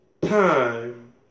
time